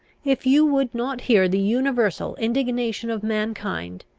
if you would not hear the universal indignation of mankind,